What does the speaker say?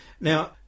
Now